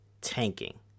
tanking